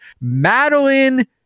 Madeline